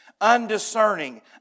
undiscerning